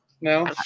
No